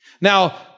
Now